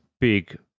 big